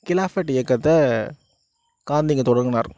கிலாஃபட் இயக்கத்தை காந்தி இங்கே தொடங்கினார்